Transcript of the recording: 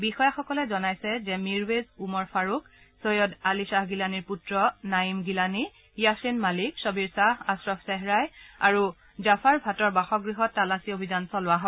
বিষয়াসকলে জনাইছে যে মীৰৱেজ উমাৰ ফাৰুক চৈয়দ আলি খাহ গিলানীৰ পুত্ৰ নায়ীম গিলানী য়াছিন মালিক খবীৰ শ্বাহ আশ্ৰাফ চেহৰাই আৰু জাফাৰ ভাটৰ বাসগৃহত তালচী অভিযান চলোৱা হয়